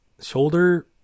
shoulder